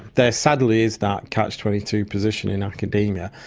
there sadly is that catch twenty two position in academia.